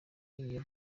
iyo